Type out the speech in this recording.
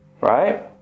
right